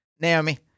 Naomi